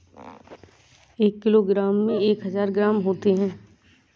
एक किलोग्राम में एक हजार ग्राम होते हैं